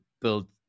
build